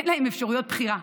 אין להם אפשרויות בחירה.